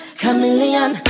chameleon